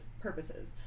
purposes